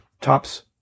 Tops